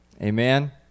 Amen